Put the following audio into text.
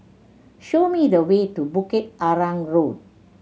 show me the way to Bukit Arang Road